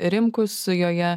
rimkus joje